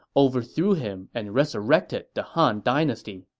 overthrew him and resurrected the han dynasty.